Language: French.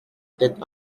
tête